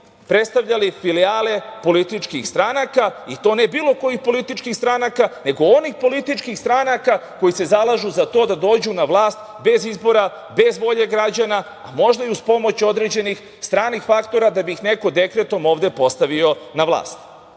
predstavljali filijale političkih stranaka i to ne bilo kojih političkih stranaka, nego onih političkih stranaka koji se zalažu za to da dođu na vlast bez izbora, bez volje građana, a možda i uz pomoć određenih stranih faktora da bi ih neko dekretom postavio na vlast. Kada